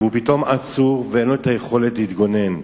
הוא, פתאום הוא עצור ואין לו יכולת להתגונן.